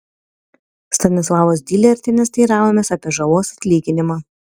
stanislavos dylertienės teiravomės apie žalos atlyginimą